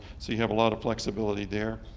so you have a lot of flexibility there.